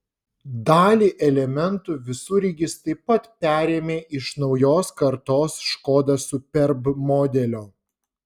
dalį elementų visureigis taip pat perėmė iš naujos kartos škoda superb modelio